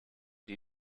die